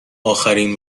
آخرین